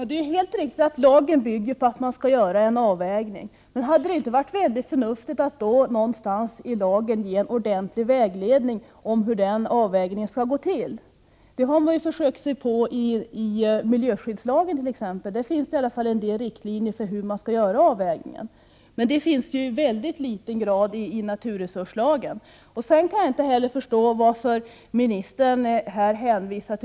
Herr talman! Jag läste upp specialmotiveringen till det förslag till lagstiftning som regeringen lämnade till riksdagen. Sedan har jag också uppmärksammat bostadsutskottets skrivning och skärpningen däri. Det är riktigt på den punkten. Men det markeras i den specialmotivering jag läste upp att det är frågan om en bedömning i ett långsiktigt perspektiv. Begreppet ”långsiktigt” är inget påhitt från bostadsutskottet.